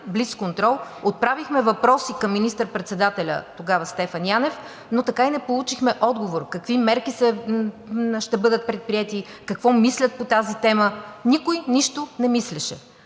блицконтрол отправихме въпроси към министър-председателя – тогава Стефан Янев, но така и не получихме отговор какви мерки ще бъдат предприети, какво мислят по тази тема. Никой нищо не мислеше